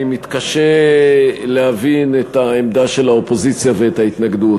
אני מתקשה להבין את העמדה של האופוזיציה ואת ההתנגדות.